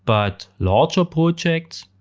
but larger projects?